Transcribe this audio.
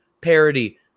parody